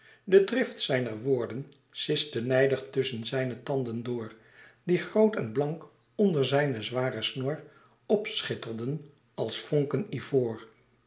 de drift zijner woorden siste nijdig tusschen zijne tanden door die groot en blank onder zijne zware snor opschitterden als vonken ivoor